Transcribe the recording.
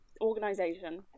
organization